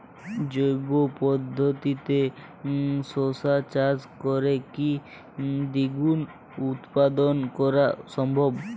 জৈব পদ্ধতিতে শশা চাষ করে কি দ্বিগুণ উৎপাদন করা সম্ভব?